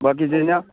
बाकी जियां